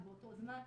זה באותו זמן,